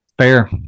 Fair